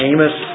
Amos